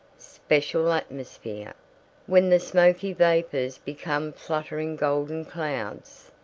special atmosphere when the smoky vapors become fluttering golden clouds,